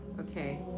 Okay